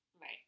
Right